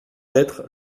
lettre